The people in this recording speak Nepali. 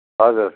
हजुर